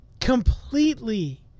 completely